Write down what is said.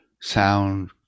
sound